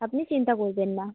আপনি চিন্তা করবেন না